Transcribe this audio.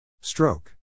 Stroke